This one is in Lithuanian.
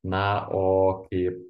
na o kaip